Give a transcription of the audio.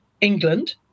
England